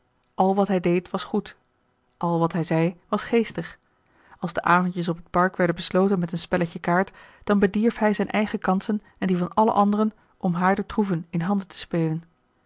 al wat hij deed was goed al wat hij zei was geestig als de avondjes op het park werden besloten met een spelletje kaart dan bedierf hij zijn eigen kansen en die van alle anderen om haar de troeven in handen te spelen